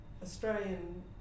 Australian